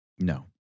No